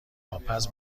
آبپز